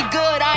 good